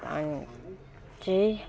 अनि चाहिँ